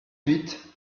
huit